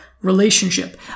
relationship